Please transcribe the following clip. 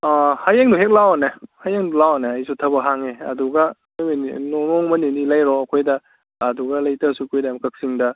ꯍꯌꯦꯡꯗꯨ ꯍꯦꯛ ꯂꯥꯛꯑꯣꯅꯦ ꯍꯌꯦꯡꯗꯣ ꯂꯥꯛꯑꯣꯅꯦ ꯑꯩꯁꯨ ꯊꯕꯛ ꯍꯥꯡꯉꯤ ꯑꯗꯨꯒ ꯅꯣꯡꯃ ꯅꯤꯅꯤ ꯂꯩꯔꯣ ꯑꯩꯈꯣꯏꯗ ꯑꯗꯨꯒ ꯂꯩꯇꯕꯁꯨ ꯀꯨꯏꯔꯦ ꯑꯃꯨꯛ ꯀꯛꯆꯤꯡꯗ